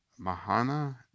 Mahana